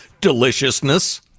Deliciousness